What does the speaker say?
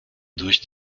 durch